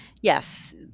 yes